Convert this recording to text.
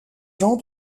jean